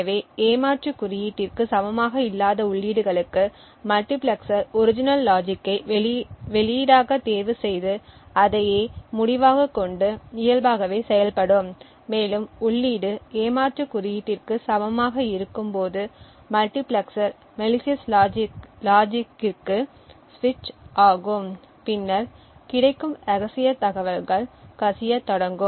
எனவே ஏமாற்று குறியீட்டிற்கு சமமாக இல்லாத உள்ளீடுகளுக்கு மல்டிபிளெக்சர் ஒரிஜினல் லாஜிக்கை வெளியீடாகத் தேர்வுசெய்து அதையே முடிவாக கொண்டு இயல்பாகவே செயல்படும் மேலும் உள்ளீடு ஏமாற்று குறியீட்டிற்கு சமமாக இருக்கும்போது மல்டிபிளெக்சர் மலிசியஸ் லாஜிக்கிற்கு சுவிட்ச் ஆகும் பின்னர் கிடைக்கும் ரகசிய தகவல்கள் கசிய தொடங்கும்